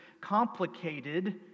complicated